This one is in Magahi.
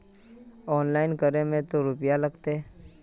ऑनलाइन करे में ते रुपया लगते?